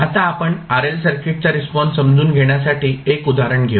आता आपण RL सर्किटचा रिस्पॉन्स समजून घेण्यासाठी 1 उदाहरण घेऊया